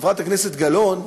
חברת הכנסת גלאון,